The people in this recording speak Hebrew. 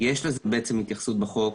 - יש התייחסות בחוק.